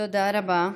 תודה רבה.